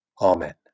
amen